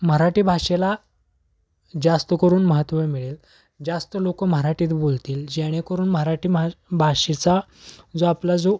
मराठी भाषेला जास्त करून महत्त्व मिळेल जास्त लोक मराठीत बोलतील जेणेकरून मराठी मग भाषेचा जो आपला जो